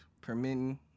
permitting